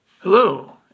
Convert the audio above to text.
Hello